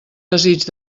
desig